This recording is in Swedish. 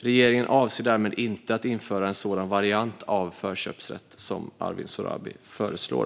Regeringen avser därmed inte att införa en sådan variant av förköpsrätt som Arwin Sohrabi föreslår.